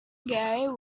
gay